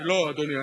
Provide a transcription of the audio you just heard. לא, אדוני.